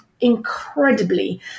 incredibly